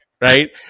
Right